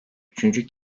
üçüncü